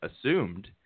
assumed